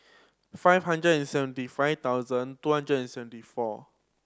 five hundred and seventy five thousand two hundred and seventy four